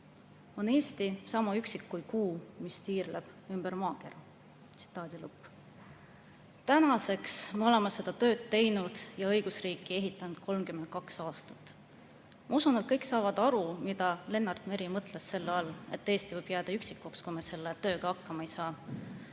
on Eesti sama üksik kui kuu, mis tiirleb ümber maakera." Tänaseks me oleme seda tööd teinud ja õigusriiki ehitanud 32 aastat. Ma usun, et kõik saavad aru, mida Lennart Meri mõtles selle all, et Eesti võib jääda üksikuks, kui me selle tööga hakkama ei saa.